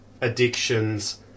addictions